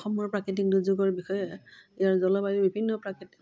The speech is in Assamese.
অসমৰ প্ৰাকৃতিক দুৰ্যোগৰ বিষয়ে ইয়াৰ জলবায়ু বিভিন্ন প্ৰাকৃতিক